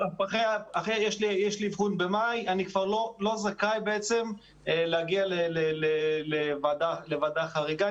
אם יש אבחון במאי הילד כבר לא זכאי להגיע לוועדה חריגה,